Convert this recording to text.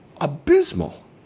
abysmal